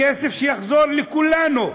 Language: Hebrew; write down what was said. כסף שיחזור לכולנו,